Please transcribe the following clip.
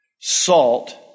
salt